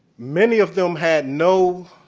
many of them had no